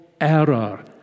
error